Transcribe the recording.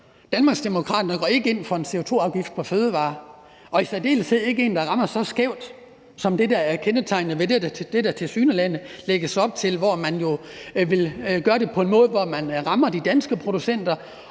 Danmarksdemokraterne går ikke ind for en CO2-afgift på fødevarer. Og i særdeleshed ikke en, der rammer så skævt som det, der er kendetegnende ved det, der tilsyneladende lægges op til, hvor man jo vil gøre det på en måde, hvor man rammer de danske producenter